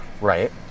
Right